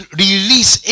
release